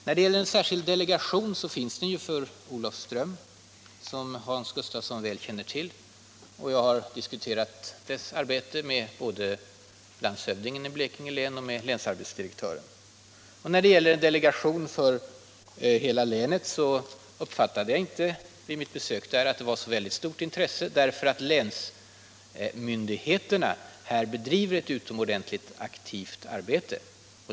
När det gäller en särskild delegation finns det ju en sådan för Olofström, vilket Hans Gustafsson väl känner till. Jag har diskuterat dess arbete både med landshövdingen i Blekinge län och med länsarbetsdirektören. När det gäller en delegation för hela länet uppfattade jag inte vid mitt besök där att det fanns ett stort intresse för en sådan, eftersom länsmyndigheterna bedriver ett utomordentligt aktivt arbete.